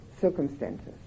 circumstances